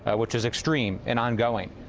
which is extreme and ongoing.